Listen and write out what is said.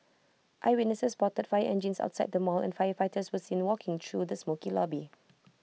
eyewitnesses spotted fire engines outside the mall and firefighters were seen walking through the smokey lobby